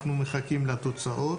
אנחנו מחכים לתוצאות.